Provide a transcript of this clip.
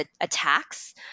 attacks